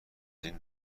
این